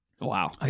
Wow